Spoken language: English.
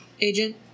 agent